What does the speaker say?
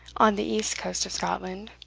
on the east coast of scotland.